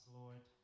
lord